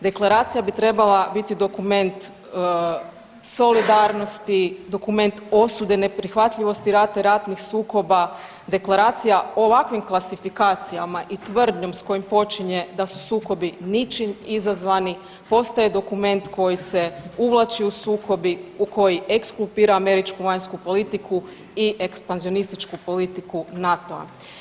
Deklaracija bi trebala biti dokument solidarnosti, dokument osude neprihvatljivosti rata i ratnih sukoba, deklaracija o ovakvim klasifikacijama i tvrdnjom s kojom počinje da su sukobi ničim izazvani, postaje dokument koji se uvlači u sukobi u koji ekskulpira američku vanjsku politiku i ekspanzionističku politiku NATO-a.